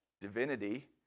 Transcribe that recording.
divinity